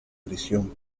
prisión